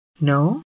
No